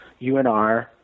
UNR